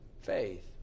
faith